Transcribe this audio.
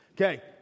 Okay